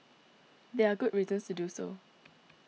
there are good reasons to do so